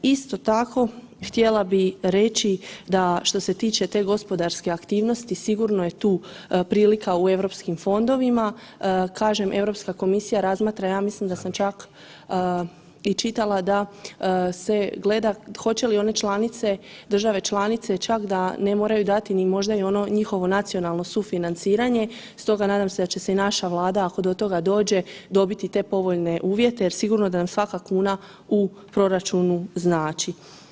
Isto tako htjela bih reći da što se tiče te gospodarske aktivnosti sigurno je tu prilika u europskim fondovima, kažem Europska komisija razmatra, ja mislim da sam čak i čitala da se gleda hoće li one države članice čak da ne moraju dati ni možda ono njihovo nacionalno sufinanciranje, stoga nadam se da će se i naša Vlada ako do toga dođe dobiti te povoljne uvjete jer sigurno da nam svaka kuna u proračunu znači.